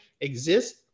exist